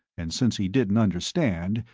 and since he didn't understand,